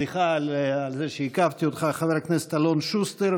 סליחה על שעיכבתי אותך, חבר הכנסת אלון שוסטר.